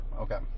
Okay